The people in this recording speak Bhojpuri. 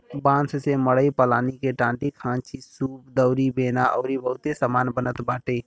बांस से मड़ई पलानी के टाटीखांचीसूप दउरी बेना अउरी बहुते सामान बनत बाटे